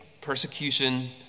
persecution